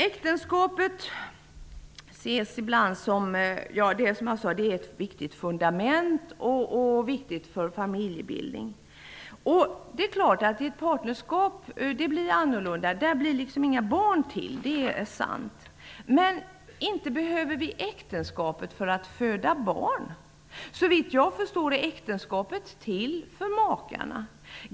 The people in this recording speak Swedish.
Äktenskapet ses ibland som ett viktigt fundament, som är viktigt för familjebildningen. Det är sant att inga barn blir till i ett partnerskap. Men inte behöver vi äktenskapet för att föda barn. Såvitt jag förstår är äktenskapet till för makarna.